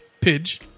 Pidge